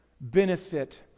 benefit